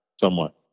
somewhat